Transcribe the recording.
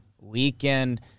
weekend